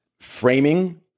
framing